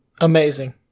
Amazing